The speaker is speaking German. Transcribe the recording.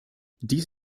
dies